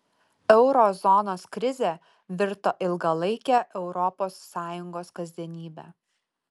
euro zonos krizė virto ilgalaike europos sąjungos kasdienybe